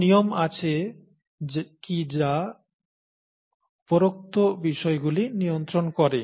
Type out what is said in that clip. কোন নিয়ম আছে কি যা উপরোক্ত বিষয়গুলি নিয়ন্ত্রণ করে